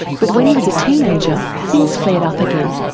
but when he was a teenager things flared up again.